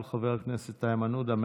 של חבר הכנסת איימן עודה,